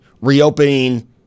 reopening